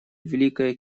великое